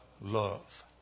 love